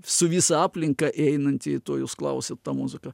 su visa aplinka einantį to jūs klausiat ta muzika